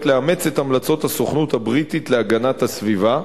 לאמץ את המלצות הסוכנות הבריטית להגנת הסביבה,